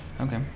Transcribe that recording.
okay